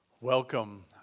Welcome